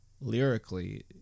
lyrically